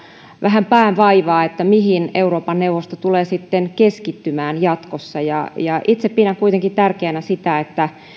vähän päänvaivaa siinä mihin euroopan neuvosto tulee sitten keskittymään jatkossa itse pidän kuitenkin tärkeänä sitä että